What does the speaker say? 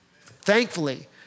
Thankfully